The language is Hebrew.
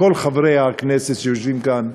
כל חברי הכנסת שיושבים כאן,